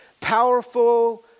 powerful